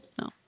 no